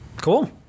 cool